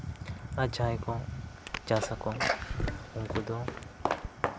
ᱟᱨ ᱡᱟᱦᱟᱸᱭ ᱠᱚ ᱪᱟᱥ ᱟᱠᱚ ᱩᱱᱠᱩ ᱫᱚ